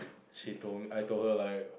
she told I told her like